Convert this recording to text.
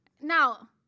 Now